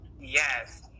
Yes